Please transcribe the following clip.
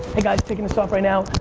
hey guys, taking this off right now,